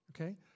Okay